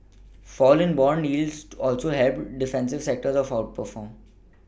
a fall in bond yields also helped defensive sectors outperform